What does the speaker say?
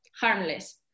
harmless